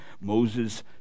Moses